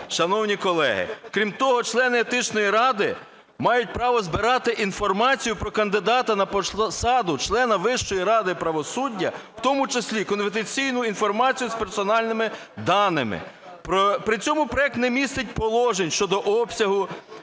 Шановні колеги, крім того, члени Етичної ради мають право збирати інформацію про кандидата на посаду члена Вищої ради правосуддя, в тому числі конфіденційну інформацію з персональними даними. При цьому проект не містить положень щодо обсягу